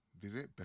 visit